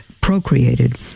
procreated